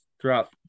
throughout